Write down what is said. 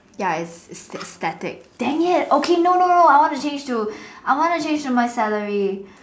ya it's it's static dang it okay no no no I want to change to I want to change to my salary